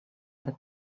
that